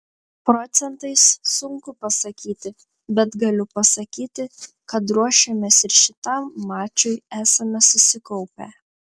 procentais sunku pasakyti bet galiu pasakyti kad ruošėmės ir šitam mačui esame susikaupę